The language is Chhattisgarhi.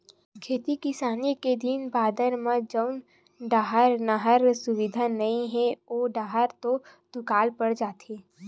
खेती किसानी के दिन बादर म जउन डाहर नहर सुबिधा नइ हे ओ डाहर तो दुकाल पड़ जाथे